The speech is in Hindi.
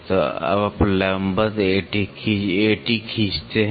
तो अब आप लंबवत AT खींचते हैं